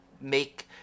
make